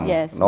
Yes